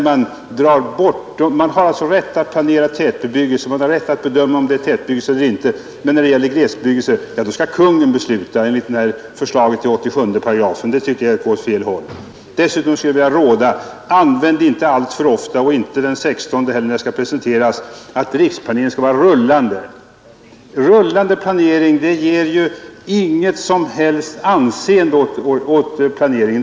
Man har alltså rätt att planera tätbebyggelse, man har rätt att bedöma om det rör sig om tätbebyggelse eller inte, men när det gäller glesbebyggelse, ja då skall Kungl. Maj:t besluta enligt förslaget i 87 §. Jag tycker att det är att gå åt fel håll. Dessutom skulle jag vilja råda civilministern: använd inte alltför ofta och inte den 16 december heller, när förslaget skall presenteras, uttrycket att riksplaneringen skall vara ”rullande”. ”Rullande planering” ger inget som helst anseende åt planeringen.